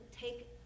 take